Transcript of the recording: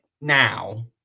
now